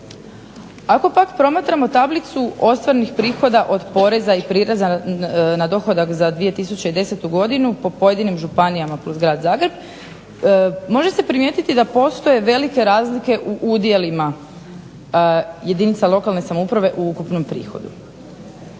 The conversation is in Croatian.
Ako pak promatramo tablicu ostvarenih prihoda od poreza i prireza na dohodak za 2010. godinu po pojedinim županijama plus Grad Zagreb može se primijetiti da postoje velike razlike u udjelima jedinica lokalne samouprave u ukupnom prihodu.